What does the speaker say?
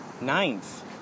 Ninth